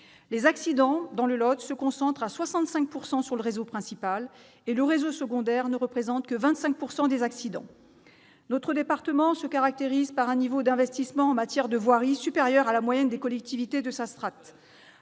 les accidents se concentrent à 65 % sur le réseau principal, le réseau secondaire ne représentant que 25 % des accidents. Notre département se caractérise par un niveau d'investissement dans la voirie supérieur à la moyenne des collectivités de sa strate.